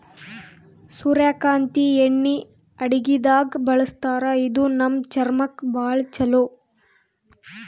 ಸೂರ್ಯಕಾಂತಿ ಎಣ್ಣಿ ಅಡಗಿದಾಗ್ ಬಳಸ್ತಾರ ಇದು ನಮ್ ಚರ್ಮಕ್ಕ್ ಭಾಳ್ ಛಲೋ